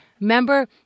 remember